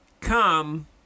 Come